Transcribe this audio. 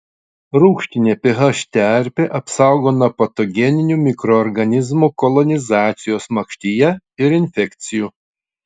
rūgštinė ph terpė apsaugo nuo patogeninių mikroorganizmų kolonizacijos makštyje ir infekcijų